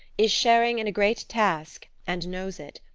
is sharing in a great task, and knows it,